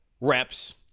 reps –